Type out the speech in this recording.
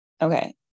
Okay